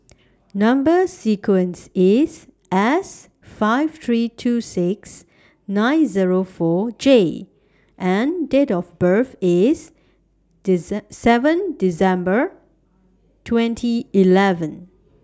Number sequence IS S five three two six nine Zero four J and Date of birth IS seven December twenty eleven